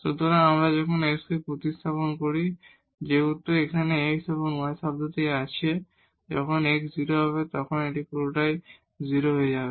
সুতরাং যখন আমরা এই s তে প্রতিস্থাপন করি যেহেতু এখানে x এবং y টার্মটি আছে যখন x 0 হবে তখন পুরো টার্মটি 0 হয়ে যাবে